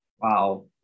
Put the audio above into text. Wow